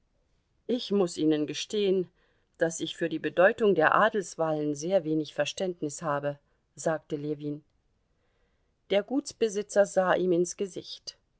ich muß ihnen gestehen daß ich für die bedeutung der adelswahlen sehr wenig verständnis habe sagte ljewin der gutsbesitzer sah ihm ins gesicht